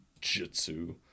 Jitsu